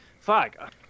fuck